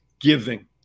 giving